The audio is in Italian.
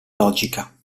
logica